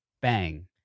Bang